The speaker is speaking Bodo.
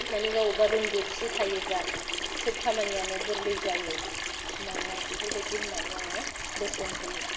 मानि गावबा रोंगौथि थायोबा सब खामानियानो गोर्लै जायो होननानै आङो बेफोरबादि होननानै आङो बोसोन होयो